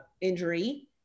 injury